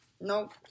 Nope